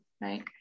right